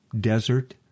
desert